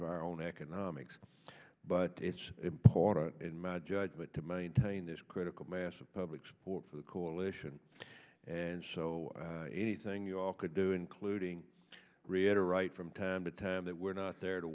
of our own economics but it's important in my judgment to maintain this critical mass of public support for the coalition and so anything you all could do including reiterate from time to time that we're not there to